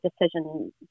decision